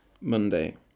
Monday